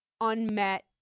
unmet